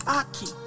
aki